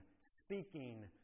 speaking